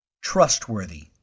Trustworthy